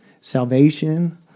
salvation